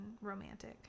romantic